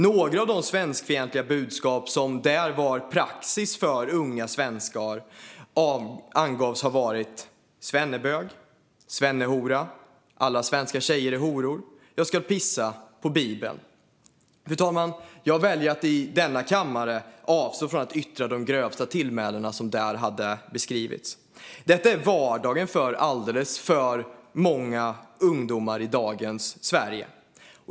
Några av de svenskfientliga budskap som det där var praxis att förmedla till unga svenskar uppgavs vara: svennebög, svennehora, alla svenska tjejer är horor, jag ska pissa på Bibeln. Jag väljer, fru talman, att i denna kammare avstå från att yttra de grövsta tillmälen som beskrevs. Detta är vardagen för alldeles för många ungdomar i dagens Sverige.